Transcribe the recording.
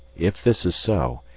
if this is so,